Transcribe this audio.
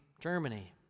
Germany